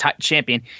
champion